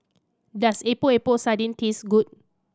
does Epok Epok Sardin taste good